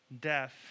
death